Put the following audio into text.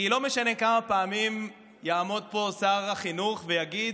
כי לא משנה כמה פעמים יעמוד פה שר החינוך ויגיד: